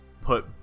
put